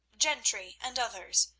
gentry and others,